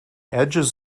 edges